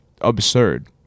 absurd